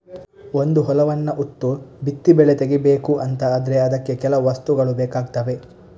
ಒಂದು ಹೊಲವನ್ನ ಉತ್ತು ಬಿತ್ತಿ ಬೆಳೆ ತೆಗೀಬೇಕು ಅಂತ ಆದ್ರೆ ಅದಕ್ಕೆ ಕೆಲವು ವಸ್ತುಗಳು ಬೇಕಾಗ್ತವೆ